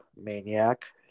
Maniac